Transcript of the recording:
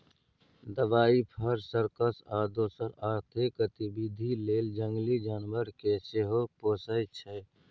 दबाइ, फर, सर्कस आ दोसर आर्थिक गतिबिधि लेल जंगली जानबर केँ सेहो पोसय छै